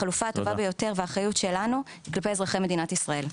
החלופה הטובה ביותר והאחריות שלנו כלפי אזרחי מדינת ישראל,